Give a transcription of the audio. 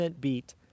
beat